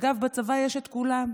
אגב, בצבא יש את כולם: